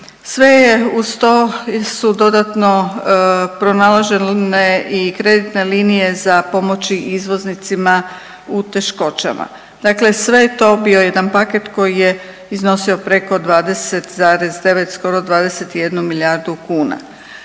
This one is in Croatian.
je, uz to, su dodatno pronalažene i kreditne linije za pomoći izvoznicima u teškoćama, dakle sve je to bio jedan paket koji je iznosio preko 20,9, skoro 21 milijardu kuna.